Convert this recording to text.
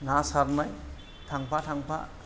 ना सारनाय थांफा थांफा